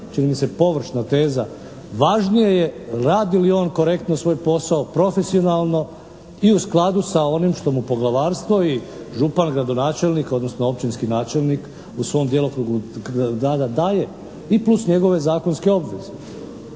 čini mi se, površna teza. Važnije je radi li on korektno svoj posao, profesionalno i u skladu sa onim što mu poglavarstvo i župan, gradonačelnik, odnosno općinski načelnik u svom djelokrugu daje i plus njegove zakonske obveze.